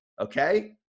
Okay